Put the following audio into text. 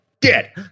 dead